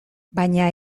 baina